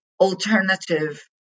alternative